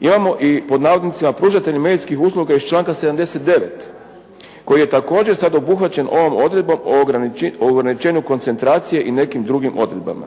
imamo i „pružatelji medijskih usluga iz članka 79.“ Koji je također obuhvaćen ovom odredbom o ograničenju koncentracije i nekim drugim odredbama.